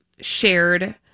shared